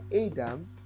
Adam